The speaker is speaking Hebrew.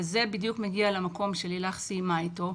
וזה בדיוק מגיע למקום שלילך סיימה איתו,